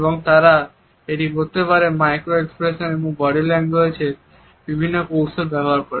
এবং তারা এটি করতে পারে মাইক্রো এক্সপ্রেশন এবং বডি ল্যাঙ্গুয়েজ এর বিভিন্ন কৌশল ব্যবহার করে